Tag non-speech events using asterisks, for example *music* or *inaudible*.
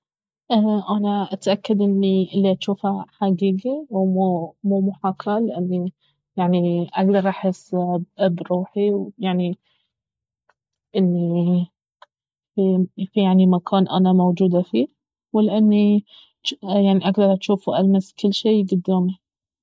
انا اتاكد اني الي اجوفه حقيقي ومو محاكاة لاني اقدر احس بروحي ويعني اني *hesitation* في يعني مكان انا موجودة فيه ولاني يعني اقدر اجوف والمس كل شي قدامي